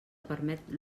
permet